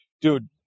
dude